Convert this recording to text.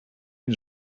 він